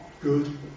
good